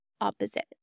opposite